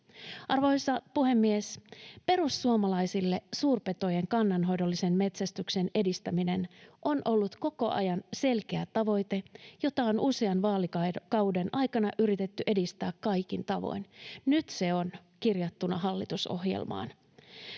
Arvoisa puhemies! Perussuomalaisille suurpetojen kannanhoidollisen metsästyksen edistäminen on ollut koko ajan selkeä tavoite, jota on usean vaalikauden aikana yritetty edistää kaikin tavoin. Nyt se on kirjattuna hallitusohjelmaan.